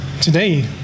today